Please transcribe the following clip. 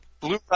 Blue